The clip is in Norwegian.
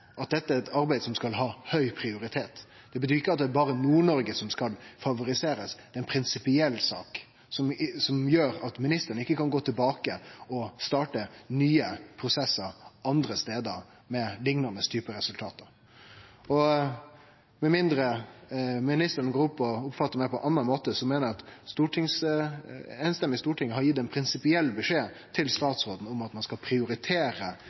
at dette er eit arbeid som skal ha høg prioritet. Det betyr ikkje at det er berre Nord-Noreg som skal favoriserast, men at det er ei prinsipiell sak, som gjer at ministeren ikkje kan gå tilbake og starte nye prosessar andre stader med liknande typar resultat. Og med mindre ministeren går opp og oppfattar meg på ein annan måte, meiner eg at eit samrøystes storting har gitt ein prinsipiell beskjed til statsråden om at ein skal prioritere